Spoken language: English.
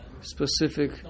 specific